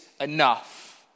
enough